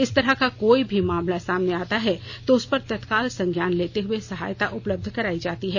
इस तरह का कोई भी मामला सामने आता है तो उसपर तत्काल संज्ञान लेते हुए सहायता उपलब्ध कराई जाती है